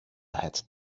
had